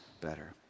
better